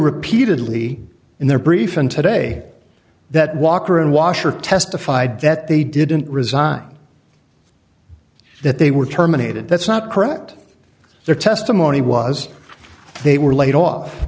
repeatedly in their briefing today that walker and washer testified that they didn't resign that they were terminated that's not correct their testimony was they were laid off